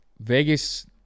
Vegas